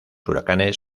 huracanes